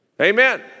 Amen